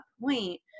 point